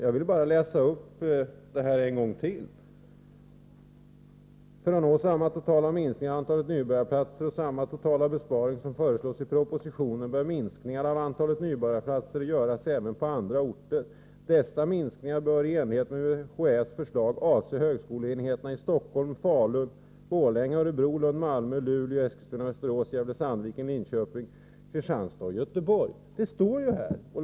Jag vill ännu en gång läsa upp detta stycke: ”För att nå samma totala minskning av antalet nybörjarplatser och samma totala besparing som föreslås i propositionerna bör minskningar av antalet nybörjarplatser göras även på andra orter. Dessa minskningar bör i enlighet med UHÄ:s förslag avse högskoleenheterna i Stockholm, Falun-Borlänge, Örebro, Lund-Malmö, Luleå, Eskilstuna-Västerås, Gävle-Sandviken, Linköping, Kristianstad och Göteborg.” Detta står i reservationen.